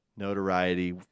Notoriety